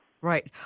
Right